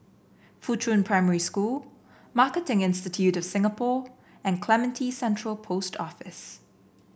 Fuchun Primary School Marketing Institute of Singapore and Clementi Central Post Office